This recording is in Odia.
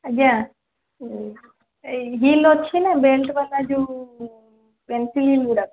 ଆଜ୍ଞା ଏହି ହିଲ୍ ଅଛି ନା ବେଲ୍ଟ୍ ବାଲା ଯେଉଁ ପେନସିଲ୍ ହିଲଗୁଡ଼ାକ